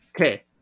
okay